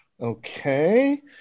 Okay